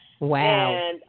Wow